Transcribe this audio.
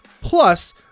plus